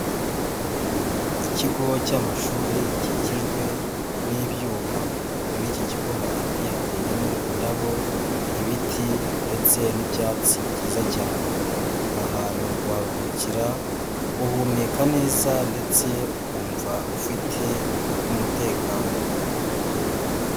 Ikigo cy'amashuri gikikijwe n'ibyuma, mu iki kigo hagati hateyemo indabo, ibiti ndetse n'ibyatsi byiza cyane. Aha hantu kuharuhukira uhumeka neza ndetse ukumva ufite n'umutekano.